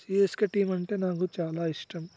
CSK team అంటే నాకు చాలా ఇష్టం